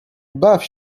baw